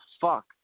fuck